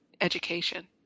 education